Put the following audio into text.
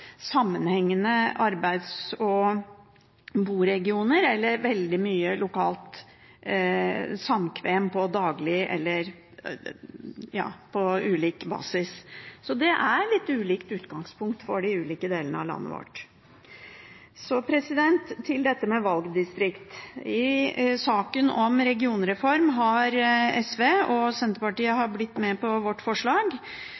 sammenhengende arbeids- og boregioner eller veldig mye lokalt samkvem på ulik basis. Så det er litt ulikt utgangspunkt for de ulike delene av landet vårt. Så til dette med valgdistrikter. I saken om regionreform har SV et forslag – og Senterpartiet